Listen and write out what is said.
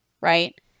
right